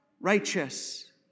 righteous